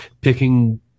picking